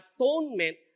atonement